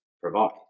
provide